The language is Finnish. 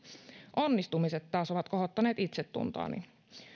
onnistumiset taas ovat kohottaneet itsetuntoani